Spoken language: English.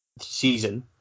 season